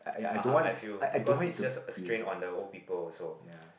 (uh huh) I feel because it just a strength on the old people also